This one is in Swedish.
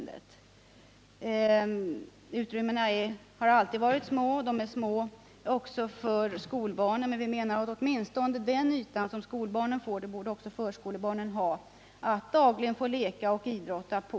De utrymmena har alltid varit små. Också skolbarnens ytor för dessa ändamål är små, men vi menar att förskolebarnen borde få åtminstone den yta som skolbarnen har att dagligen leka och idrotta på.